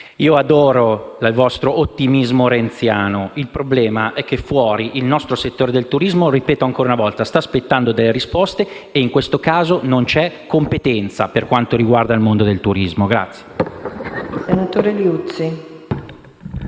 Adoro il vostro ottimismo renziano; il problema è che il nostro settore del turismo - lo ripeto ancora una volta - sta aspettando delle risposte e, in questo caso, non c'è competenza per quanto riguarda il mondo del turismo.